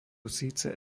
síce